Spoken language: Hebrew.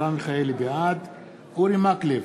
בעד אורי מקלב,